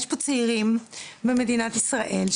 יש פה צעירים במדינת ישראל 2022,